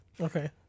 Okay